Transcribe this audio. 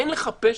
אין לך פה שם.